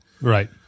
Right